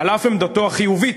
על אף עמדתו החיובית,